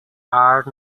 are